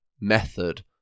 method